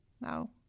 Now